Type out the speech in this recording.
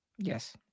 Yes